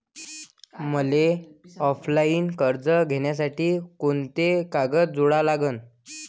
मले ऑफलाईन कर्ज घ्यासाठी कोंते कागद जोडा लागन?